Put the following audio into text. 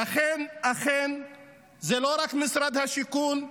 ואכן, זה לא רק משרד השיכון.